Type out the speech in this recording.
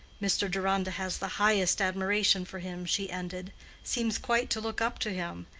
mr. deronda has the highest admiration for him, she ended seems quite to look up to him.